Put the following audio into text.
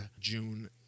June